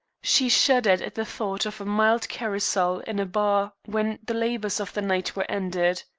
she shuddered at the thought of a mild carousal in a bar when the labors of the night were ended.